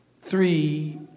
three